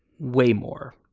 way more.